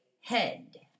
head